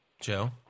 Joe